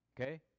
Okay